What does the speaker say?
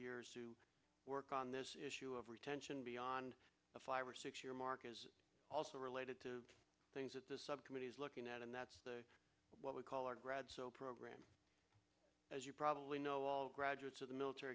years to work on this issue of retention beyond the five or six year mark is also related to things that the subcommittee is looking at and that's what we call our grad program as you probably know all graduates of the military